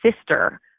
sister